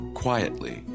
quietly